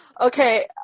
Okay